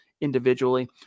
individually